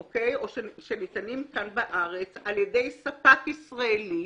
שניתנים כאן בארץ על ידי ספק ישראלי,